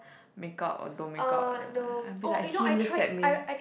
make out or don't make out like I'll be like he looked at me